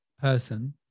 person